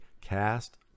Cast